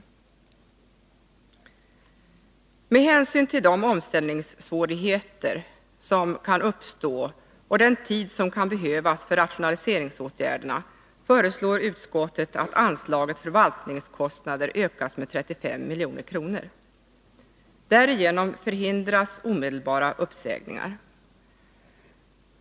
Med hänsyn till de omställningssvårigheter som kan uppstå och den tid som kan behövas för rationaliseringsåtgärderna föreslår utskottet att anslaget Förvaltningskostnader ökas med 35 milj.kr. Därigenom förhindras omedelbara uppsägningar.